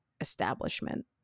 establishment